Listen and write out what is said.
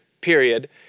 period